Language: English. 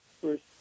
first